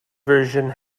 version